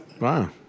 wow